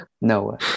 No